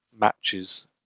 matches